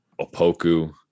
Opoku